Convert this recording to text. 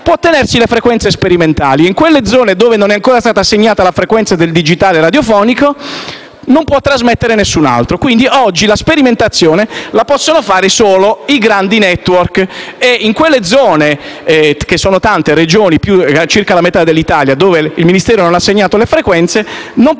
può tenersi le frequenze sperimentali; in quelle zone dove non è ancora stata assegnata la frequenza del digitale radiofonico, non può trasmettere nessun altro. Quindi, oggi la sperimentazione può essere fatta solo dai grandi *network* e in quelle zone (si tratta di tante Regioni, che coprono circa la metà dell'Italia) dove il Ministero non ha assegnato le frequenze non si possono